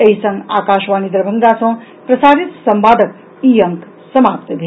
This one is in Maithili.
एहि संग आकाशवाणी दरभंगा सँ प्रसारित संवादक ई अंक समाप्त भेल